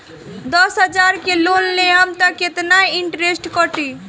दस हजार के लोन लेहम त कितना इनट्रेस कटी?